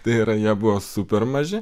tai yra jie buvo super maži